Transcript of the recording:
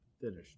finished